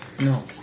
No